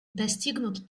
достигнут